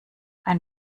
ein